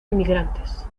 inmigrantes